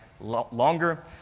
longer